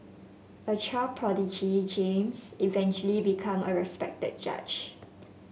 a child prodigy James eventually become a respected judge